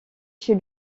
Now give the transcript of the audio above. chez